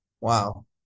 Wow